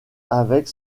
avec